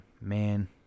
man